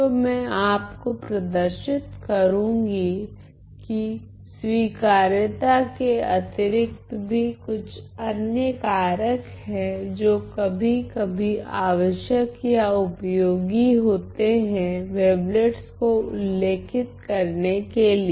तो मैं आपको प्रदर्शित करूंगी कि स्वीकार्यता के अतिरिक्त भी कुछ अन्य कारक है जो कभी कभी आवश्यक या उपयोगी होते है वेवलेट्स को उल्लेखित करने के लिए